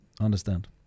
understand